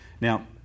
Now